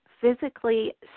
physically